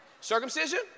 Circumcision